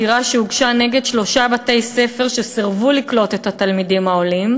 בעתירה שהוגשה נגד שלושה בתי-ספר שסירבו לקלוט את התלמידים העולים,